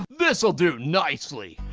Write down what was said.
this'll do nicely.